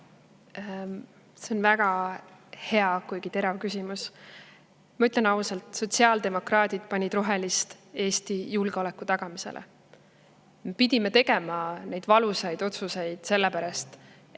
See on väga hea, kuigi terav küsimus. Ma ütlen ausalt, et sotsiaaldemokraadid panid rohelist Eesti julgeoleku tagamisele. Me pidime tegema neid valusaid otsuseid selleks,